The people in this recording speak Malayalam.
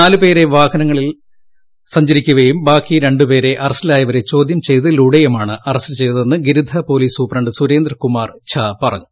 നാല് പേരെ വാഹനത്തിൽ സഞ്ചരിക്കവെയും ബാക്കി രണ്ട് പേരെ അറസ്റ്റിലായവരെ ചോദ്യം ചെയ്തതിലൂടെയും ആണ് അറസ്റ്റ് ചെയ്തതെന്ന് ഗിരിധ പോലീസ് സൂപ്രണ്ട് സുരേന്ദ്രകുമാർ ഝാ പറഞ്ഞു